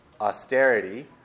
austerity